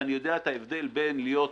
ואני יודע את ההבדל בין להיות --- נכון.